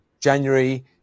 January